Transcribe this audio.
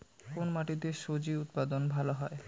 কোন মাটিতে স্বজি উৎপাদন ভালো হয়?